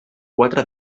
quatre